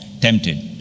tempted